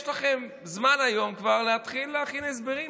יש לכם היום זמן כבר להתחיל להכין הסברים,